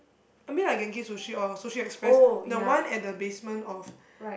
I mean I like Genki-Sushi or Sushi-Express the one at the basement of